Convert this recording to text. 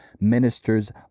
ministers